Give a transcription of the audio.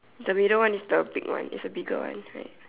the middle one is the big one it's a bigger one right